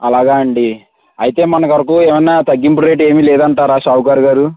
అలాగా అండీ అయితే మన వరకు ఏమన్నా తగ్గింపు రేట్ ఏమి లేదంటరా షావుకార్ గారు